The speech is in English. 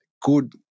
good